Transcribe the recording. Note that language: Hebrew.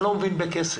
אני לא מבין בכסף.